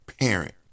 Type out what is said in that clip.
parent